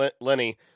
Lenny